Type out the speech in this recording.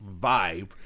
vibe